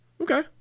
Okay